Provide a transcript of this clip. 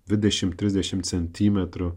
dvidešim trisdešim centimetrų